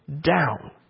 down